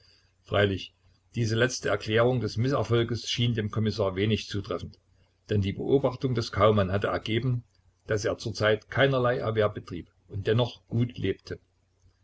freilich diese letztere erklärung des mißerfolges schien dem kommissar wenig zutreffend denn die beobachtung des kaumann hatte ergeben daß er zurzeit keinerlei erwerb betrieb und dennoch gut lebte